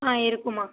ஆ இருக்கும்மா